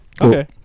Okay